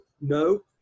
No